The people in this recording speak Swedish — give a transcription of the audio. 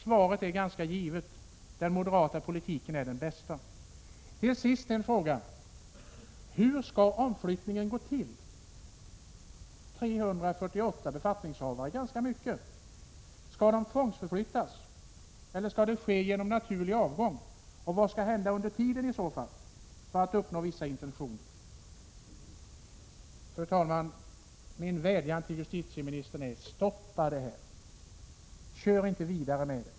Svaret är ganska givet: Den moderata politiken är den bästa. Till sist vill jag fråga hur omflyttningen skall gå till. 348 befattningshavare är ganska mycket. Skall de tvångsförflyttas, eller skall omflyttningen ske genom naturlig avgång, och vad skall i så fall hända under tiden för att man skall uppnå vissa intentioner? Fru talman! Min vädjan till justitieministern är: Stoppa detta förslag! Kör inte vidare med det!